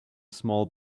small